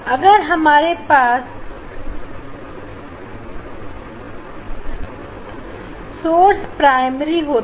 अगर हमारे पास सूट्स प्राइमरी होता